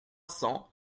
cents